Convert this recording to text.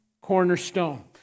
cornerstone